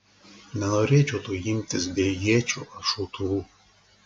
nenorėčiau to imtis be iečių ar šautuvų